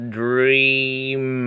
dream